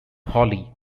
hawley